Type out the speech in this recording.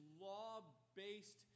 law-based